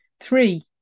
Three